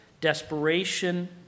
desperation